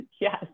yes